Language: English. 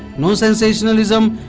no sensationalism,